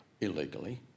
illegally